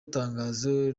tangazo